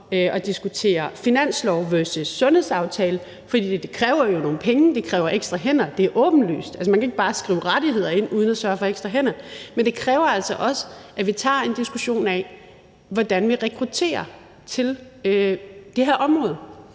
at diskutere finanslov versus sundhedsaftale. Det kræver jo nogle penge, det kræver ekstra hænder; det er jo åbenlyst – altså, man kan jo ikke bare skrive rettigheder ind uden at sørge for ekstra hænder. Men det kræver altså også, at vi tager en diskussion af, hvordan vi rekrutterer til det her område.